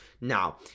Now